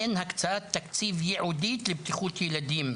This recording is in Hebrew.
אין הקצאת תקציב ייעודית לבטיחות ילדים,